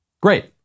Great